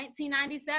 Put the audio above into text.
1997